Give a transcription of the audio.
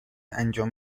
انجام